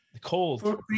cold